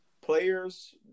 players